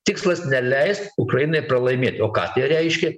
tikslas neleist ukrainai pralaimėt o ką reiškia